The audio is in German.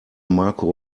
marco